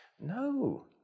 No